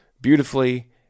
beautifully